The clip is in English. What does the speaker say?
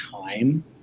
time